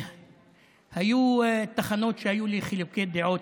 היו תחנות שהיו לי חילוקי דעות,